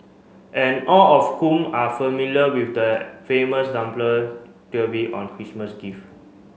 and all of whom are familiar with the famous theory on Christmas gift